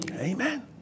Amen